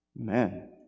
Amen